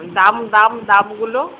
দাম দাম দামগুলো